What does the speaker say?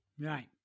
Right